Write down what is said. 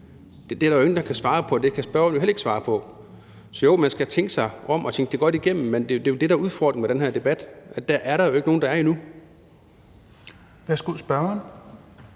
Det er der jo ingen der kan svare på, og det kan spørgeren jo heller ikke svare på. Så jo, man skal tænke sig om og tænke det godt igennem; men det er jo det, der er udfordringen ved den her debat, nemlig at dér er der ingen, der er endnu.